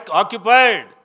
occupied